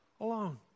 alone